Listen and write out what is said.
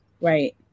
Right